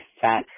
fat